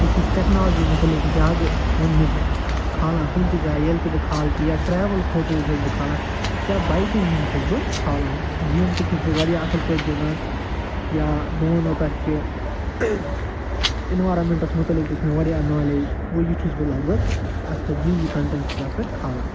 بہٕ چھُس ٹیکنالجی متعلِق زیادٕ پنٕنِس کھالان کُنہِ تہِ جایہِ ییٚلہِ تہِ بہٕ کھالہٕ کہِ یا ٹرٛوٕل فوٹوز چھُس بہٕ کھالان یا بایکِنگ ہٕنٛدۍ چھُس بہٕ کھالان گیم تہِ چھُس بہٕ واریاہ اصل پٲٹھۍ گِندان یا بہٕ ونو تۄہہِ کہِ اِنوارمینٹس منٛز متعلِق تہِ چھِ مےٚ واریاہ نالیج گوٚو یہِ چھُس بہٕ لگ بگ اتھ پٮ۪ٹھ یہِ یہِ کنٹیٚنٹ چھُس بہٕ اتھ پٮ۪ٹھ کھالان